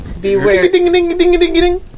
Beware